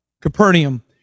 Capernaum